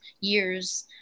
years